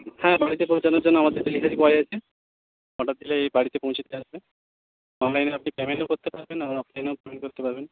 হ্যাঁ বাড়িতে পৌঁছোনোর জন্য আমাদের ডেলিভারি বয় আছে অর্ডার দিলে বাড়িতে পৌঁছে দিয়ে আসবে অনলাইনে আপনি পেমেন্টও করতে পারবেন আবার অফলাইনেও পেমেন্ট করতে পারবেন